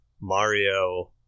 Mario